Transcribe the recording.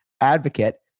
advocate